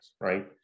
right